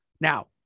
Now